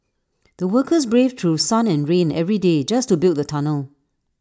the workers braved through sun and rain every day just to build the tunnel